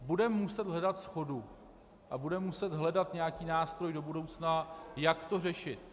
Budeme muset hledat shodu a budeme muset hledat nějaký nástroj do budoucna, jak to řešit.